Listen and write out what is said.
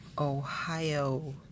Ohio